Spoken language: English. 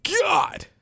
God